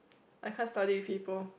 I can't study with people